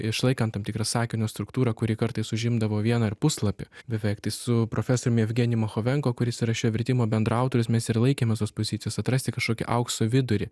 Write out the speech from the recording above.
išlaikant tam tikrą sakinio struktūrą kuri kartais užimdavo vieną ir puslapį beveik tai su profesoriumi jevgenijum chovenko kuris yra šio vertimo bendraautorius mes ir laikėmės tos pozicijos atrasti kažkokį aukso vidurį